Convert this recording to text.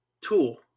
tool